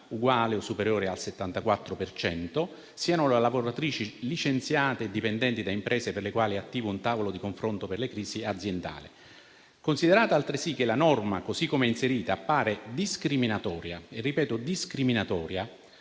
uguale o superiore al 74 per cento, siano lavoratrici licenziate o dipendenti da imprese per le quali è attivo un tavolo di confronto per la gestione della crisi aziendale. Considerato altresì che la norma, così come inserita, appare discriminatoria - lo sottolineo